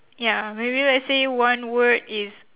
ya maybe let's say one word is